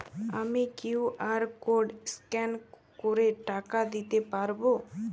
আমি QR code scan করে টাকা দিতে পারবো?